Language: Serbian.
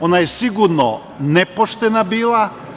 Ona je sigurno nepoštena bila.